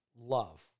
love